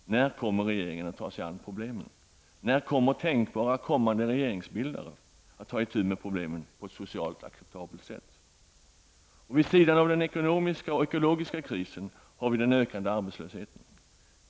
När kommer regeringen att ta sig an problemen? När kommer tänkbara kommande regeringsbildare att ta itu med problemen på ett socialt acceptabelt sätt? Vid sidan av den ekonomiska och den ekologiska krisen har vi den ökade arbetslösheten.